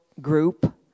group